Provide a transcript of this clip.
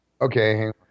Okay